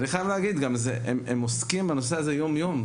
אני חייב להגיד שהם עוסקים בנושא הזה יום יום.